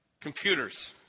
Computers